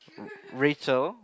R~ Rachel